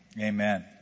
amen